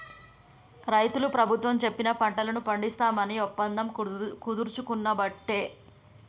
రైతులు ప్రభుత్వం చెప్పిన పంటలను పండిస్తాం అని ఒప్పందం కుదుర్చుకునబట్టే